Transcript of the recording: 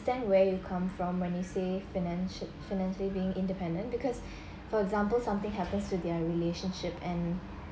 where you come from when you say financi~ financially independent because for example something happens to their relationship and